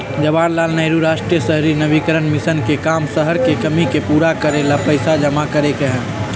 जवाहर लाल नेहरू राष्ट्रीय शहरी नवीकरण मिशन के काम शहर के कमी के पूरा करे ला पैसा जमा करे के हई